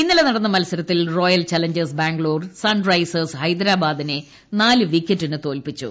ഇന്നലെ നടന്ന മത്സരത്തിൽ റോയൽ ചലഞ്ചേഴ്സ് ബാംഗ്ലൂർ സൺറൈസേഴ്സ് ഹൈദ്രാബാദിനെ നാല് വിക്കറ്റിന് തോൽപ്പിച്ചു